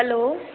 hello